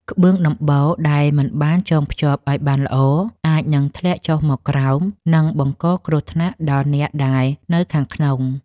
ក្បឿងដំបូលដែលមិនបានចងភ្ជាប់ឱ្យបានល្អអាចនឹងធ្លាក់ចុះមកក្រោម និងបង្កគ្រោះថ្នាក់ដល់អ្នកដែលនៅខាងក្នុង។